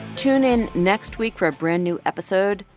tune in next week for our brand-new episode,